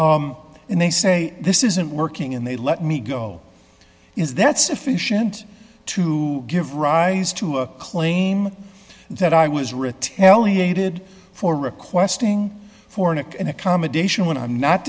and they say this isn't working and they let me go is that sufficient to give rise to a claim that i was retaliated for requesting for nick and accommodation when i'm not